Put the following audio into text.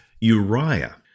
Uriah